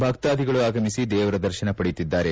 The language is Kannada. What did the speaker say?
ಭಕ್ತಾದಿಗಳು ಆಗಮಿಸಿ ದೇವರ ದರ್ಶನ ಪಡೆಯುತ್ತಿದ್ದಾರೆ